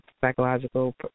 psychological